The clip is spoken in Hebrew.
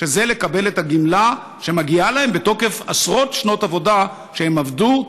שזה לקבל את הגמלה שמגיעה להם מתוקף עשרות שנות עבודה שהם עבדו,